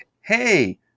hey